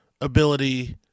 ability